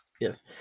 Yes